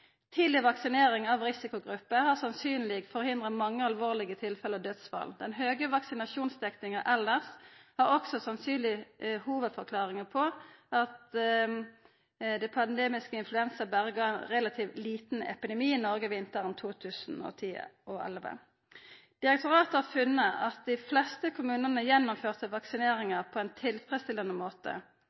Tidleg vaksinering av risikogrupper har sannsynlegvis forhindra mange alvorlege tilfelle og dødsfall. Den høge vaksinasjonsdekninga elles er også ei sannsynleg hovudforklaring på at den pandemiske influensaen berre gav ein relativ liten epidemi i Noreg vinteren 2010–2011. Direktoratet har funne at dei fleste kommunane gjennomførte vaksineringa på ein tilfredsstillande måte.